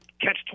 catch